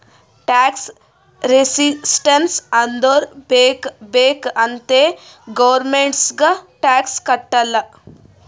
tax resistance ಅಂದುರ್ ಬೇಕ್ ಬೇಕ್ ಅಂತೆ ಗೌರ್ಮೆಂಟ್ಗ್ ಟ್ಯಾಕ್ಸ್ ಕಟ್ಟಲ್ಲ